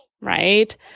right